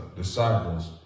disciples